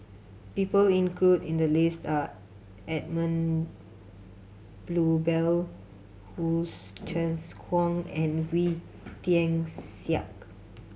people include in the list are Edmund Blundell Hsu Tse Kwang and Wee Tian Siak